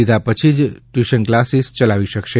લીધા પછી જ ટ્યુશન કલાસ ચલાવી શકશે